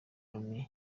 loni